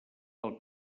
pel